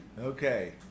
okay